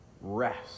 Rest